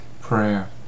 Prayer